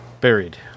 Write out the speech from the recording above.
Buried